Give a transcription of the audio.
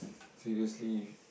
seriously